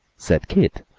said keith,